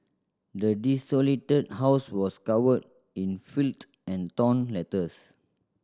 the desolated house was covered in filth and torn letters